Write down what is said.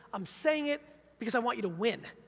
i'm saying it because i want you to win,